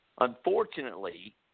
Unfortunately